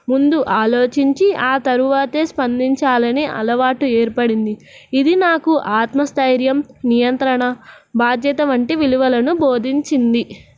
ముందు ఆలోచించి ఆ తరువాతే స్పందించాలని అలవాటు ఏర్పడింది ఇది నాకు ఆత్మస్థైర్యం నియంత్రణ బాధ్యత వంటి విలువలను బోధించింది